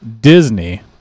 Disney